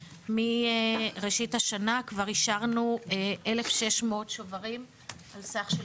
מראשית השנה כבר אישרנו 1,600 שוברים על סך של